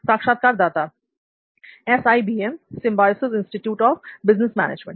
साक्षात्कारदाता SIBM Symbiosis Institute of Business management